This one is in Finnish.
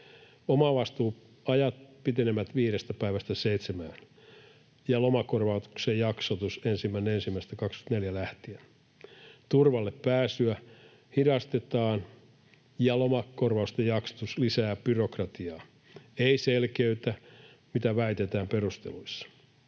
Omavastuuajat pitenevät viidestä päivästä seitsemään ja lomakorvauksen jaksotus 1.1.2024 lähtien. Turvalle pääsyä hidastetaan, ja lomakorvausten jaksotus lisää byrokratiaa — ei selkeytä, mitä väitetään perusteluissa.